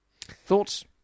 Thoughts